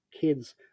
kids